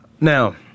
Now